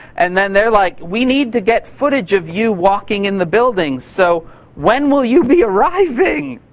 and then they're like, we need to get footage of you walking in the building. so when will you be arriving?